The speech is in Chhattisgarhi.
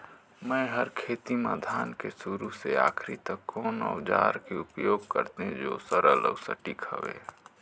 मै हर खेती म धान के शुरू से आखिरी तक कोन औजार के उपयोग करते जो सरल अउ सटीक हवे?